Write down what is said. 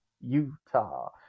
Utah